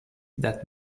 that